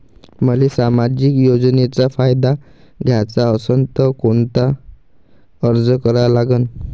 मले सामाजिक योजनेचा फायदा घ्याचा असन त कोनता अर्ज करा लागन?